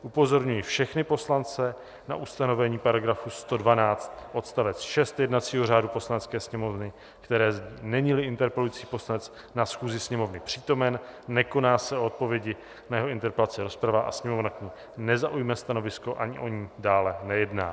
Upozorňuji všechny poslance na ustanovení § 112 odst. 6 jednacího řádu Poslanecké sněmovny, které zní: Neníli interpelující poslanec na schůzi Sněmovny přítomen, nekoná se o odpovědi na jeho interpelaci rozprava a Sněmovna k ní nezaujme stanovisko ani o ní dále nejedná.